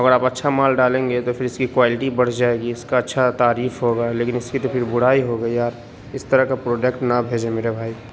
اگر آپ اچھا مال ڈالیں گے تو پھر اس کی کوالٹی بڑھ جائے گی اس کا اچھا تعریف ہوگا لیکن اس کی پھر تو برائی ہوگئی یار اس طرح کا پروڈکٹ نہ بھیجیں میرے بھائی